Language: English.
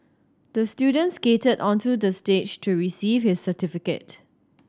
the student skated onto the stage to receive his certificate